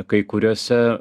kai kuriuose